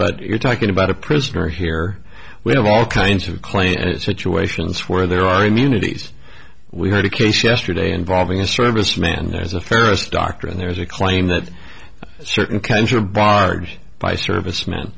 if you're talking about a prisoner here we have all kinds of claims situations where there are immunities we had a case yesterday involving a serviceman there's a first doctor and there's a claim that certain kinds are barred by servicemen